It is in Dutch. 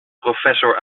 professor